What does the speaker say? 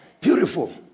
Beautiful